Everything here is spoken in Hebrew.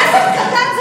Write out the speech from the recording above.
כסף קטן,